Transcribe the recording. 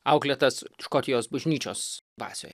auklėtas škotijos bažnyčios dvasioj